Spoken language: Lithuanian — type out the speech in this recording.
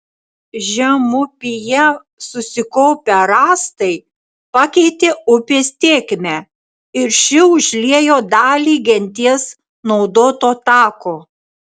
žemupyje susikaupę rąstai pakeitė upės tėkmę ir ši užliejo dalį genties naudoto tako